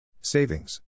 Savings